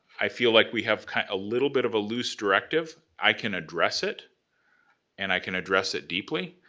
i feel like we have kind of a little bit of a loose directive. i can address it and i can address it deeply,